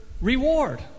reward